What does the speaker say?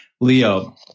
Leo